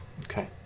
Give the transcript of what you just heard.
Okay